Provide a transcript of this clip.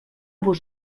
vos